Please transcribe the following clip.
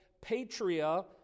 patria